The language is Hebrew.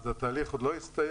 אז התהליך עוד לא הסתיים,